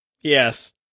Yes